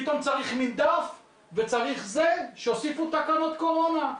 פתאום צריך מנדף וצריך זה, שיוסיפו תקנות קורונה.